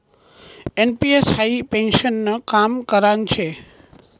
NPS हाई पेन्शननं काम करान शे